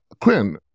Quinn